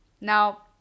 Now